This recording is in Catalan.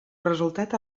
resultat